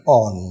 on